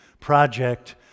project